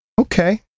Okay